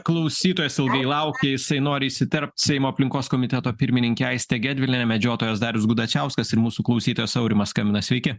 klausytojas ilgai laukia jisai nori įsiterpt seimo aplinkos komiteto pirmininkė aistė gedvilienė medžiotojas darius gudačiauskas ir mūsų klausytojas aurimas skambina sveiki